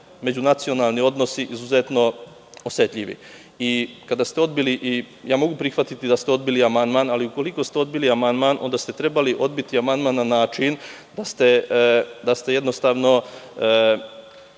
međunacionalni odnosi izuzetno osetljivi. Mogu prihvatiti da ste odbili amandman, ali ukoliko ste odbili amandman, onda ste trebali odbiti amandman na način da ste naše